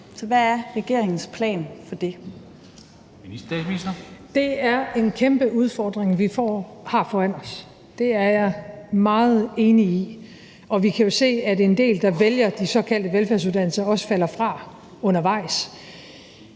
(Mette Frederiksen): Det er en kæmpe udfordring, vi har foran os. Det er jeg meget enig i, og vi kan jo se, at en del af dem, der vælger de såkaldte velfærdsuddannelser, også falder fra undervejs.